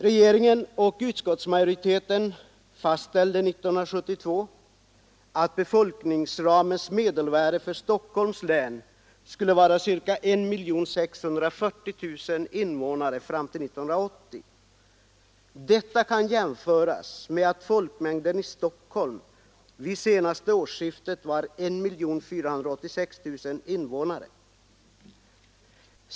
Regeringen och riksdagsmajoriteten fastställde 1972 att befolkningsramens medelvärde för Stockholms län skulle vara ca 1 640 000 invånare fram till 1980. Detta kan jämföras med att folkmängden i Stockholms län vid senaste årsskiftet var 1486 000 personer.